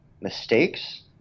mistakes